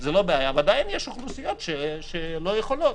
עדיין יש אוכלוסיות שלא יכולות.